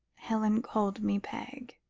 helen called me peg.